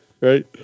Right